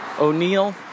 O'Neill